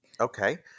Okay